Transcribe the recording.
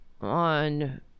on